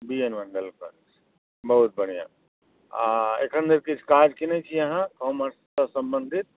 B N Mandal college बहुत बढ़िआँ आओर एखन धरि किछु काज केने छी अहाँ कामर्ससँ सम्बन्धित